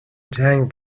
جنگ